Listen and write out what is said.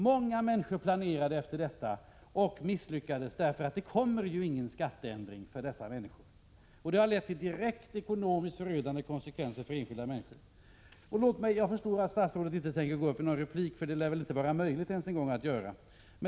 Många människor planerade efter detta och misslyckades, därför att det kommer ju ingen skatteändring för dessa människor. Det har lett till ekonomiskt förödande konsekvenser för enskilda personer. Jag förstår att statsrådet inte tänker gå upp i någon replik, för det lär väl inte ens vara möjligt en gång att göra.